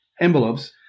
envelopes